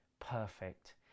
perfect